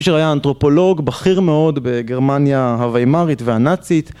שהיה אנתרופולוג בכיר מאוד בגרמניה הווימארית והנאצית